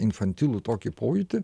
infantilų tokį pojūtį